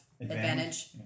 advantage